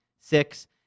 six